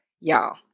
Y'all